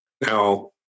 Now